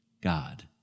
God